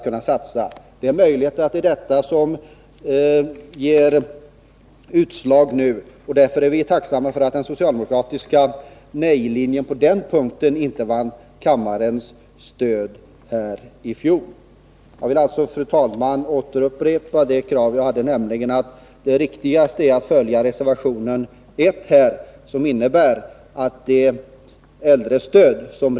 Det är möjligt att detta ger utslag nu. Därför är vi tacksamma för att den socialdemokratiska nejlinjen på den punkten inte vann kammarens stöd i fjol. Jag vill alltså, fru talman, återupprepa vad jag tidigare sade, nämligen att .det riktigaste är att följa reservation 1. Den innebär att äldrestödet får bibehållas ytterligare en tid.